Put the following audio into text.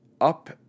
up